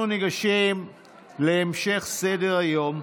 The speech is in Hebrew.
אנחנו ניגשים להמשך סדר-היום.